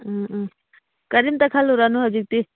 ꯎꯝ ꯎꯝ ꯀꯔꯤꯝꯇ ꯈꯜꯂꯨꯔꯅꯣ ꯍꯧꯖꯤꯛꯇꯤ